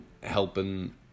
helping